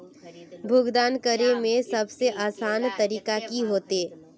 भुगतान करे में सबसे आसान तरीका की होते?